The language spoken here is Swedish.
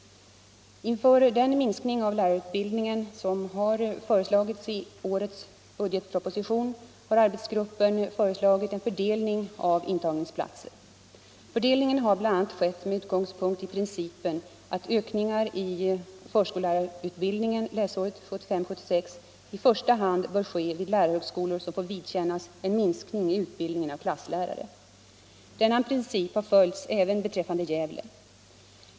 Inför den minskning av lärarutbildningen som har föreslagits i årets budgetproposition har arbetsgruppen föreslagit en fördelning av intagningsplatser. Fördelningen har bl.a. skett med utgångspunkt i principen att ökningar i förskollärarutbildningen läsåret 1975/76 i första hand bör ske vid lärarhögskolor som får vidkännas en minskning i utbildningen av klasslärare. Denna princip har följts även beträffande Gävle.